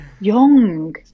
young